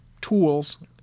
tools